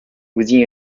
within